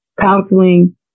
counseling